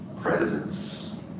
presence